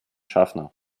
schaffner